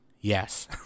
yes